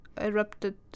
erupted